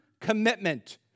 commitment